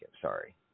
Sorry